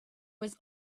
was